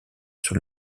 sur